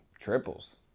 triples